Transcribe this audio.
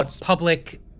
public